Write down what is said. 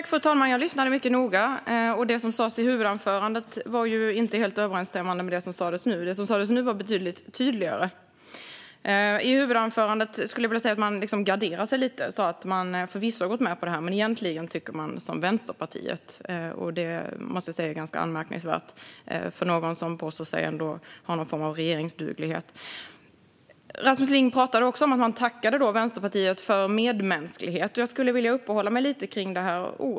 Fru talman! Jag lyssnade mycket noga. Det som sas i huvudanförandet stämde inte helt överens med det som sas nu. Det som sas nu var betydligt tydligare. I sitt huvudanförande garderade sig Rasmus Ling lite grann. Han sa att man förvisso har gått med på detta men egentligen tycker som Vänsterpartiet. Det måste jag säga är ganska anmärkningsvärt för ett parti som ändå påstår sig ha någon form av regeringsduglighet. Rasmus Ling talade om att man tackade Vänsterpartiet för medmänsklighet. Jag skulle vilja uppehålla mig lite grann kring detta ord.